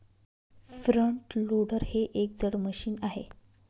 front loader हे एक जड मशीन आहे